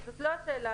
זאת לא השאלה.